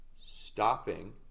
stopping